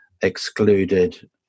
excluded